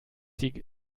die